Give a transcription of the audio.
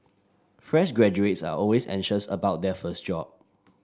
fresh graduates are always anxious about their first job